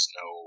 no